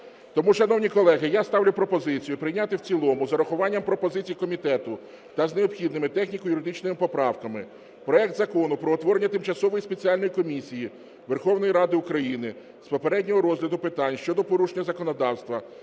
Тому, шановні колеги, я ставлю пропозицію прийняти в цілому з урахуванням пропозицій комітету та з необхідними техніко-юридичними поправками проект закону про утворення Тимчасової спеціальної комісії Верховної Ради України з попереднього розгляду питань щодо порушення законодавства,